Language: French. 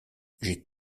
j’ai